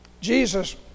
Jesus